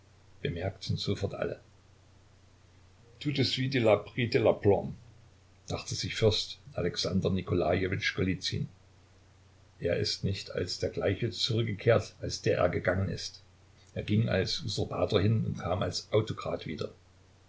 sofort alle tout de suite il a pris de l'aplomb dachte sich fürst alexander nikolajewitsch golizyn er ist nicht als der gleiche zurückgekehrt als der er gegangen ist er ging als usurpator hin und kam als autokrat wieder